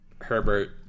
Herbert